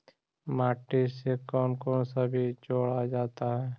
माटी से कौन कौन सा बीज जोड़ा जाता है?